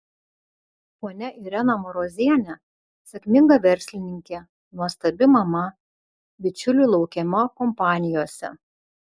ponia irena marozienė sėkminga verslininkė nuostabi mama bičiulių laukiama kompanijose